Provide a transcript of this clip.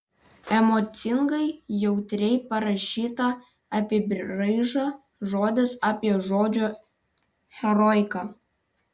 emocingai jautriai parašyta apybraiža žodis apie žodžio heroiką